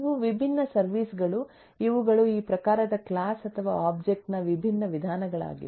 ಇವು ವಿಭಿನ್ನ ಸರ್ವಿಸ್ ಗಳು ಇವುಗಳು ಈ ಪ್ರಕಾರದ ಕ್ಲಾಸ್ ಅಥವಾ ಒಬ್ಜೆಕ್ಟ್ ನ ವಿಭಿನ್ನ ವಿಧಾನಗಳಾಗಿವೆ